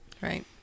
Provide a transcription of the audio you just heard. right